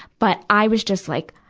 but i was just like,